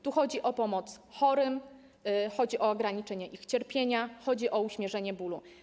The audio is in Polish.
Tu chodzi o pomoc chorym, chodzi o ograniczenie ich cierpienia, chodzi o uśmierzenie bólu.